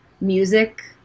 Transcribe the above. music